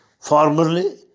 formerly